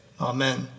Amen